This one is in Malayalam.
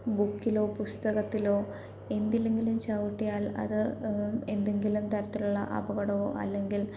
ബുക്കിലോ പുസ്തകത്തിലോ എന്തിലെങ്കിലും ചവിട്ടിയാൽ അത് എന്തെങ്കിലും തരത്തിലുള്ള അപകടവോ അല്ലെങ്കിൽ